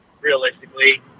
realistically